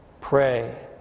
pray